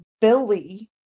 Billy